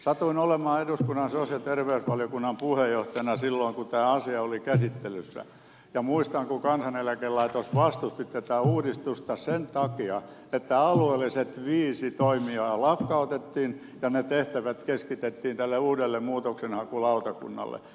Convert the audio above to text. satuin olemaan eduskunnan sosiaali ja terveysvaliokunnan puheenjohtajana silloin kun tämä asia oli käsittelyssä ja muistan kun kansaneläkelaitos vastusti tätä uudistusta sen takia että alueelliset viisi toimijaa lakkautettiin ja ne tehtävät keskitettiin tälle uudelle muutoksenhakulautakunnalle